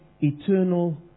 eternal